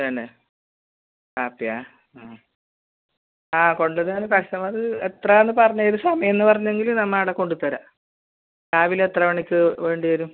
തന്നേ കാപ്പിയോ ആ ആ കൊണ്ടുവന്നാൽ കസ്റ്റമർ എത്രയാണെന്ന് പറഞ്ഞ് ഏത് സമയമെന്ന് പറഞ്ഞെങ്കിൽ നമ്മൾ അവിടെ കൊണ്ടുത്തരാം രാവിലെ എത്ര മണിക്ക് വേണ്ടി വരും